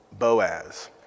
Boaz